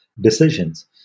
decisions